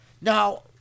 Now